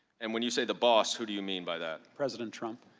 and when you say the boss, who do you mean by that? president trump.